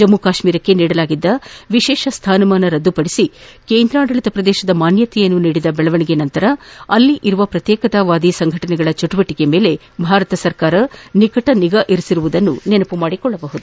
ಜಮ್ಮು ಕಾಶ್ಮೀರಕ್ಕೆ ನೀಡಲಾಗಿದ್ದ ವಿಶೇಷ ಸ್ವಾನಮಾನವನ್ನು ರದ್ದುಪದಿಸಿ ಕೇಂದ್ರಾದಳಿತ ಪ್ರದೇಶದ ಮಾನ್ಯತೆಯನ್ನು ನೀದಿದ ಬೆಳವಣಿಗೆಯ ನಂತರ ಅಲ್ಲಿರುವ ಪ್ರತ್ಯೇಕತಾವಾದಿ ಸಂಘಟನೆಗಳ ಚಟುವಟಿಕೆಯ ಮೇಲೆ ಸರ್ಕಾರ ನಿಕಟ ನಿಗಾ ಇಟ್ಟಿರುವುದನ್ನು ನೆನಪಿಸಿಕೊಳ್ಳಬಹುದು